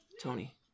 Tony